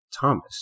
Thomas